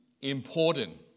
important